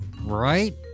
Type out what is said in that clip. Right